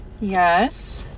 Yes